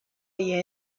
严谨